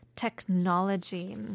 technology